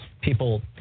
people